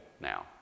now